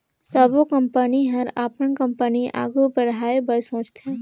सबो कंपनी ह अपन कंपनी आघु बढ़ाए बर सोचथे